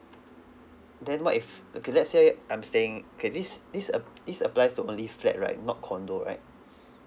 then what if okay let's say I'm staying okay this this ap~ this applies to only flat right not condominium right